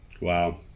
Wow